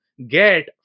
get